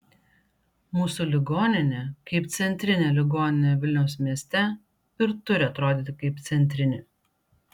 mūsų ligoninė kaip centrinė ligoninė vilniaus mieste ir turi atrodyti kaip centrinė